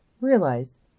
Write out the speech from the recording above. realize